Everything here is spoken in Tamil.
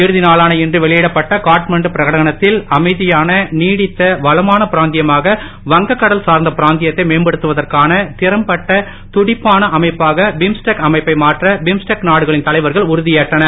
இறுதி நாளான இன்று வெளியிடப்பட்ட காத்மாண்டு பிரகடனத்தில் அமைதியான நீடித்த வளமான பிராந்தியமாக வங்கக் கடல் சார்ந்த பிராந்தியத்தை மேம்படுத்துவதற்கான திறம்பட்ட துடிப்பான அமைப்பாக பிம்ஸ்டெக் அமைப்பை மாற்ற பிம்ஸ்டெக் நாடுகளின் தலைவர்கள் உறுதியேற்றனர்